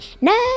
no